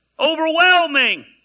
Overwhelming